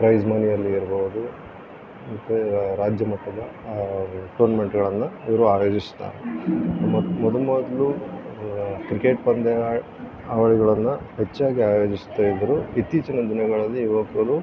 price ಮನಿಯಲ್ಲಿ ಇರ್ಬೋದು ಮತ್ತೆ ರಾಜ್ಯಮಟ್ಟದ ಟೂರ್ನಮೆಂಟ್ಗಳನ್ನ ಇವರು ಆಯೋಜಿಸುತ್ತಾರೆ ಮೊದ್ಲು ಮೊದಲು ಕ್ರಿಕೆಟ್ ಪಂದ್ಯಾವಳಿಗಳನ್ನು ಹೆಚ್ಚಾಗಿ ಆಯೋಜಿಸ್ತಾಯಿದ್ರು ಇತ್ತೀಚಿನ ದಿನಗಳಲ್ಲಿ ಯವಕರು